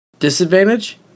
Disadvantage